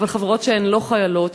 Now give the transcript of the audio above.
אבל חברות שהן לא חיילות,